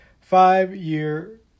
Five-Year